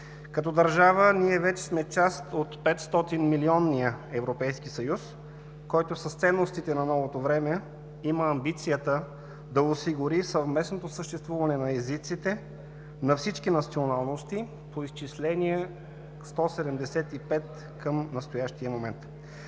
Като държава ние вече сме част от 500-милионния Европейски съюз, който с ценностите на новото време има амбицията да осигури съвместното съществуване на езиците на всички националности – по изчисления 175 към настоящия момент.